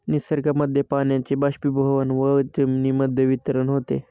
निसर्गामध्ये पाण्याचे बाष्पीभवन व जमिनीमध्ये वितरण होते